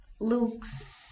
looks